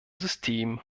system